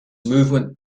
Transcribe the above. movement